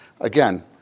again